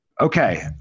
Okay